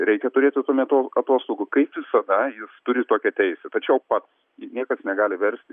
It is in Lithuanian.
reikia turėti tuo metu atostogų kaip visada jis turi tokią teisę tačiau faktas niekas negali versti